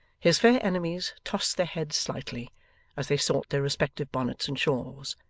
his fair enemies tossed their heads slightly as they sought their respective bonnets and shawls,